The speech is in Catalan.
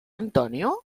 antonio